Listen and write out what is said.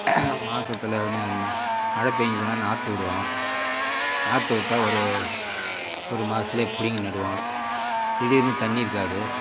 மாசத்தில் நம்ம மழை பெய்யுதுனா நாற்று விடுவோம் நாத்துவிட்டா ஒரு ஒரு மாசத்தில் பிடுங்கி நடுவோம் திடீர்னு தண்ணி இருக்காது